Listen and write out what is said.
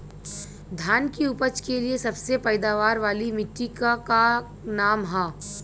धान की उपज के लिए सबसे पैदावार वाली मिट्टी क का नाम ह?